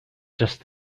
just